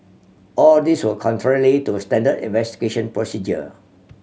all these were contrary to standard investigation procedure